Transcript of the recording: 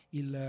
il